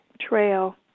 trail